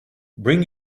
bring